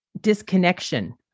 disconnection